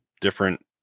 different